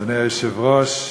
אדוני היושב-ראש,